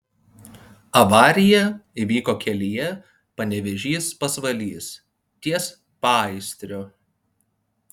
avarija įvyko kelyje panevėžys pasvalys ties paįstriu